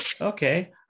Okay